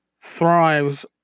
thrives